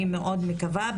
אני מאוד מקווה.